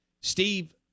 Steve